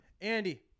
Andy